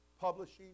publishing